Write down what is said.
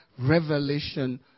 revelation